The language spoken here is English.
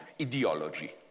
ideology